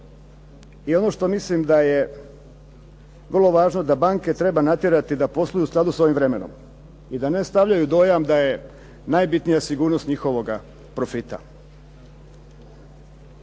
I ono što mislim da je vrlo važno da banke treba natjerati da posluju u skladu s ovim vremenom i da ne ostavljaju dojam da je najbitnija sigurnost njihovoga profita.